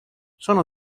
sono